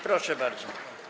Proszę bardzo.